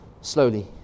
slowly